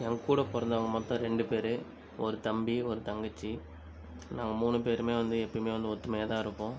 என் கூட பிறந்தவங்க மொத்தம் இரண்டு பேரு ஒரு தம்பி ஒரு தங்கச்சி நாங்கள் மூன்று பேருமே வந்து எப்பவுமே வந்து ஒற்றுமையாக தான் இருப்போம்